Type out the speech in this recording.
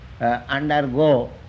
undergo